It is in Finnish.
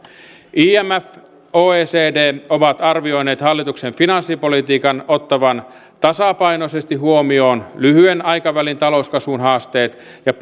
imf ja oecd ovat arvioineet hallituksen finanssipolitiikan ottavan tasapainoisesti huomioon lyhyen aikavälin talouskasvun haasteet ja